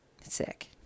Sick